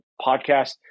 podcast